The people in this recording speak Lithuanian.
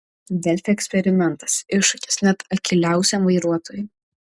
delfi eksperimentas iššūkis net akyliausiam vairuotojui